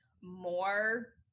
more